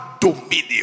dominion